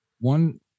One